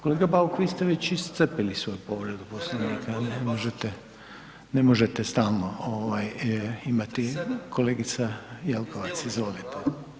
Kolega Bauk, vi ste već iscrpili svoju povredu Poslovnika, ne možete stalno imati, kolegica Jelkovac, izvolite.